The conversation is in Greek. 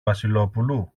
βασιλόπουλου